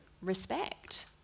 respect